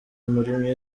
muri